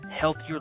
healthier